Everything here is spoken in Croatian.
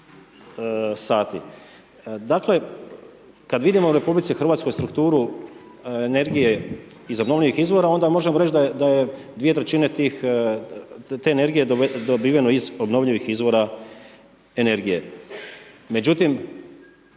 sati. Dakle, kad vidimo u RH strukturu energije iz obnovljivih izvora onda možemo reć da je 2/3 tih te energije dobiveno iz obnovljivih izvora energije.